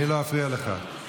אני לא אפריע לך.